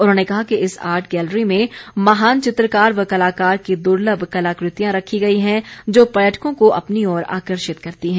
उन्होंने कहा कि इस आर्ट गेलरी में महान चित्रकार व कलाकार की द्लर्भ कलाकृतियां रखी गई हैं जो पर्यटकों को अपनी ओर आकर्षित करती है